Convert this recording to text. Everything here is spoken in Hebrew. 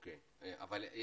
אני